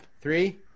three